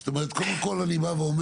זאת אומרת קודם כל אני אומר,